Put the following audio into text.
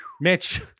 Mitch